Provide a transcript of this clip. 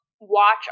watch